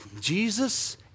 Jesus